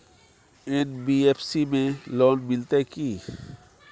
NBFC में loan मिलते की?